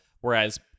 whereas